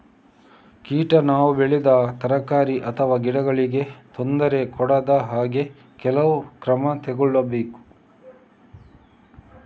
ಕೀಟ ನಾವು ಬೆಳೆದ ತರಕಾರಿ ಅಥವಾ ಗಿಡಗಳಿಗೆ ತೊಂದರೆ ಕೊಡದ ಹಾಗೆ ಕೆಲವು ಕ್ರಮ ತಗೊಳ್ಬೇಕು